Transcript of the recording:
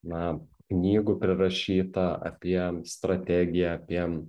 na knygų prirašyta apie strategiją apie